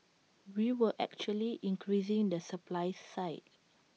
we were actually increasing the supply side